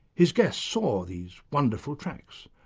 his guest saw these wonderful tracks.